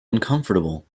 uncomfortable